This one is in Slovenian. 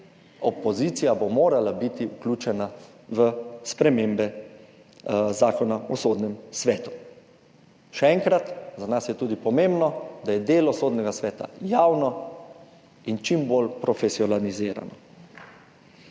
opozicija bo morala biti vključena v spremembe Zakona o sodnem svetu. Še enkrat, za nas je tudi pomembno, da je delo Sodnega sveta javno in čim bolj profesionalizirano.